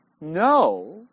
no